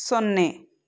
ಸೊನ್ನೆ